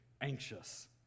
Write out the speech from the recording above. anxious